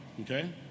Okay